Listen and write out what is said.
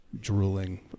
drooling